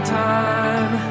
time